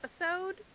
episode